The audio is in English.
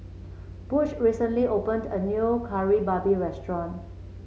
Butch recently opened a new Kari Babi restaurant